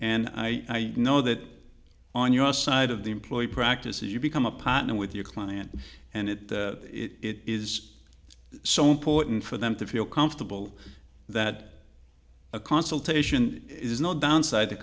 and i know that on your side of the employee practices you become a partner with your client and that it is so important for them to feel comfortable that a consultation is no downside to